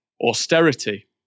Austerity